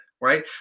right